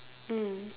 mm